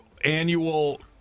annual